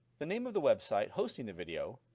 the name of the website hosting the video,